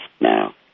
now